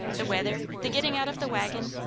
the weather, the getting out of the waggon,